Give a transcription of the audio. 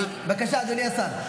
בבקשה, אדוני השר.